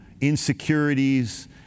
insecurities